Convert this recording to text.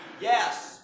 Yes